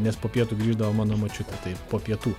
nes po pietų grįždavo mano močiutė tai po pietų